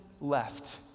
left